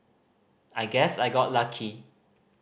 I guess I got lucky